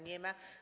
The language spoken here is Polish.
Nie ma.